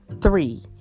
Three